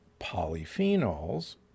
polyphenols